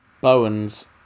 Bowen's